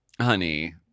Honey